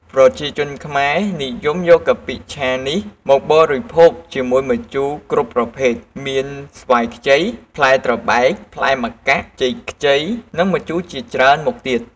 ប្រជាជនខ្មែរនិយមយកកាពិឆានេះមកបរិភោគជាមួយម្ជូរគ្រប់ប្រភេទមាន ស្វាយខ្ចី ផ្លែត្របែក ផ្លែម្កាក់ ចេកខ្ចី និងម្ជូរជាច្រើនមុខទៀត។